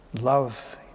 Love